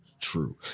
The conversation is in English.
True